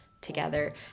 together